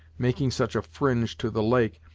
making such a fringe to the lake,